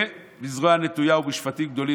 ו"בזרוע נטויה ובשפטים גדלים",